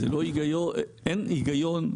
אין היגיון,